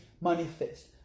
manifest